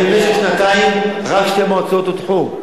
אני מבין שבמשך שנתיים רק שתי מועצות הודחו.